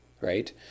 right